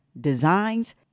designs